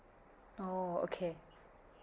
oh okay